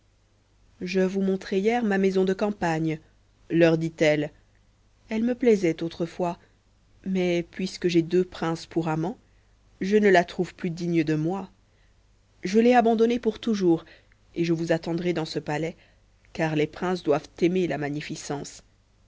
je vous montrai hier ma maison de campagne leur dit-elle elle me plaisait autrefois mais puisque j'ai deux princes pour amants je ne la trouve plus digne de moi je l'ai abandonnée pour toujours et je vous attendrai dans ce palais car les princes doivent aimer la magnificence